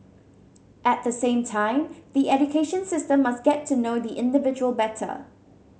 at the same time the education system must get to know the individual better